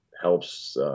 helps